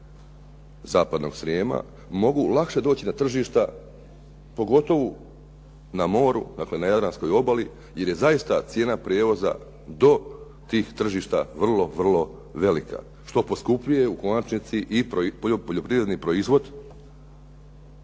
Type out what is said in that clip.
zapadnog Srijema, mogu lakše doći do tržišta pogotovo na moru, dakle na jadranskoj obali jer je zaista cijena prijevoza do tih tržišta vrlo, vrlo velika, što poskupljuje u konačnici i poljoprivredni proizvod